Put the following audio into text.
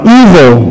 evil